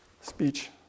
speech